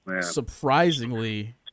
Surprisingly